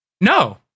no